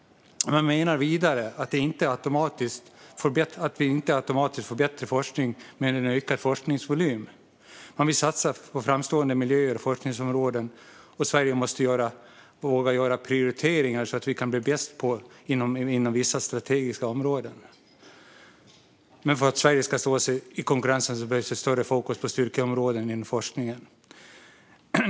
Man menar vidare att vi inte automatiskt får bättre forskning med en ökad forskningsvolym. Man vill satsa på framstående miljöer och forskningsområden, och man menar att Sverige måste våga göra prioriteringar så att vi kan bli bäst inom vissa strategiska områden. Men för att Sverige ska stå sig i konkurrensen behövs ett större fokus på styrkeområden inom forskningen.